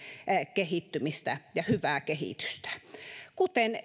kehittymistä ja hyvää kehitystä vastaan kuten